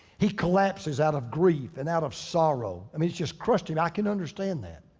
he collapses out of grief and out of sorrow. i mean it just crushed him, i can understand that.